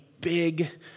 big